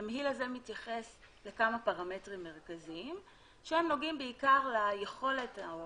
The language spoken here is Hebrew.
התמהיל הזה מתייחס לכמה פרמטרים מרכזיים שנוגעים בעיקר ליכולת או